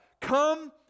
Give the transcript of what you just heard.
Come